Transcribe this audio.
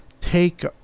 take